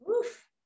Oof